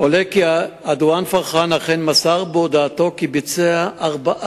2. מדוע נוצר מצב כזה בעיר כה